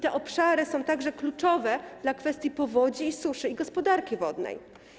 Te obszary są także kluczowe dla kwestii powodzi i suszy, dla gospodarki wodnej.